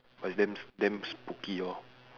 but it's damn s~ damn spooky lor